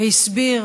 והסביר